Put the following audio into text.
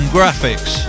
Graphics